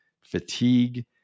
fatigue